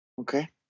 Okay